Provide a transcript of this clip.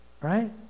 right